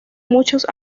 muchos